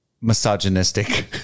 misogynistic